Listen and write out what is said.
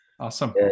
awesome